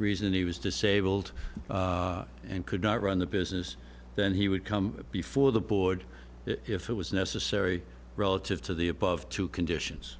reason he was disabled and could not run the business then he would come before the board if it was necessary relative to the above two conditions